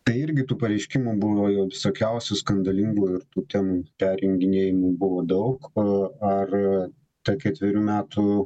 tai irgi tų pareiškimų buvo visokiausių skandalingų ir tų ten perjunginėjimų buvo daug o ar ta ketverių metų